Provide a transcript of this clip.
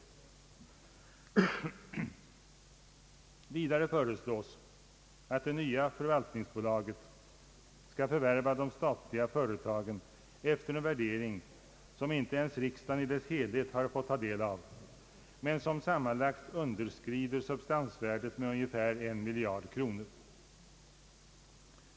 Vidare föreslås att det nya förvaltningsbolaget skall förvärva de statliga företagen efter en värdering som inte ens riksdagen i sin helhet har fått ta del av men som sammanlagt underskrider substansvärdet med ungefär en miljard kronor.